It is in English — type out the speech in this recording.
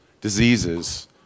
diseases